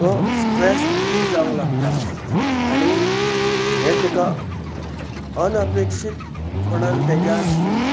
तो stress free जावंक लागता आनी हें ताका अनपेक्षीतपणान तेज्यान